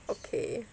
okay